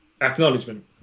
acknowledgement